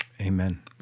Amen